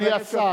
אני ממנה שופטים?